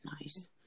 nice